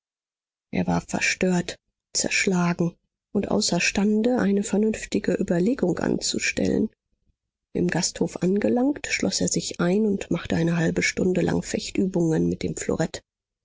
er war verstört zerschlagen und außerstande eine vernünftige überlegung anzustellen im gasthof angelangt schloß er sich ein und machte eine halbe stunde lang fechtübungen mit dem